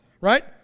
Right